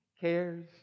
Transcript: cares